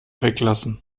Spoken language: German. weglassen